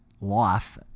life